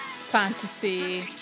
fantasy